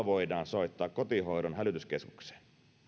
voidaan soittaa kotihoidon hälytyskeskukseen